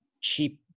cheap